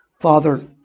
Father